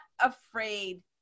afraid